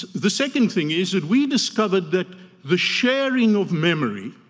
the second thing is that we discovered that the sharing of memory,